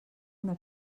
una